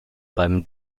beim